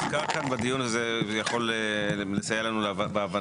הוזכר כאן בדיון הזה זה יכול לסייע לנו בהבנה